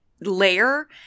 layer